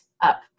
up